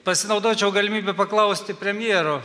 pasinaudočiau galimybe paklausti premjero